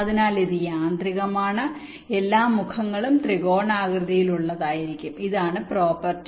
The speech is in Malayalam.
അതിനാൽ ഇത് യാന്ത്രികമാണ് എല്ലാ മുഖങ്ങളും ത്രികോണാകൃതിയിലുള്ളതായിരിക്കും ഇതാണ് പ്രോപ്പർട്ടി